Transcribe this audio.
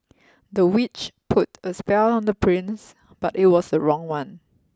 the witch put a spell on the prince but it was the wrong one